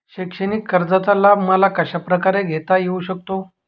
शैक्षणिक कर्जाचा लाभ मला कशाप्रकारे घेता येऊ शकतो?